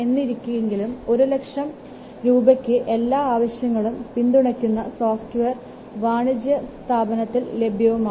എന്നിരിക്കിലും ഒരു ലക്ഷം രൂപയ്ക്ക് എല്ലാ ആവശ്യങ്ങളും പിന്തുണയ്ക്കുന്ന സോഫ്റ്റ്വെയർ വാണിജ്യാടിസ്ഥാനത്തിൽ ലഭ്യവുമാണ്